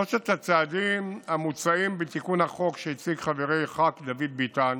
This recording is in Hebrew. שלושת הצעדים המוצעים בתיקון החוק שהציג חברי חבר הכנסת דוד ביטן